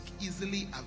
easily